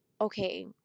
okay